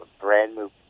brand-new